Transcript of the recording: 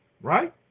right